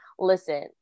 listen